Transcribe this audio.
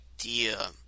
idea